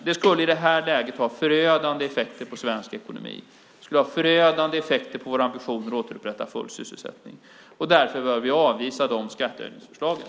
Det skulle i det här läget ha förödande effekter på svensk ekonomi, och det skulle ha förödande effekter på våra ambitioner att återupprätta full sysselsättning. Därför bör vi avvisa de skattehöjningsförslagen.